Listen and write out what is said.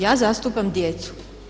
Ja zastupam djecu.